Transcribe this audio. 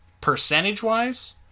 percentage-wise